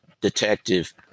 detective